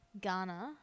Ghana